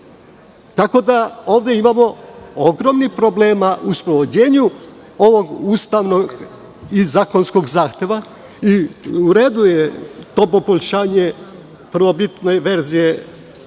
je. Ovde imamo ogromnih problema u sprovođenju ovog ustavnog i zakonskog zahteva. U redu je to poboljšanje prvobitne verzije,